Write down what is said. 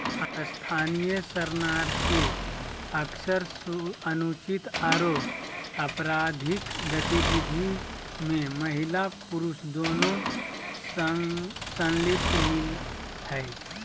स्थानीय शरणार्थी अक्सर अनुचित आरो अपराधिक गतिविधि में महिला पुरुष दोनों संलिप्त मिल हई